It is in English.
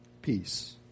Peace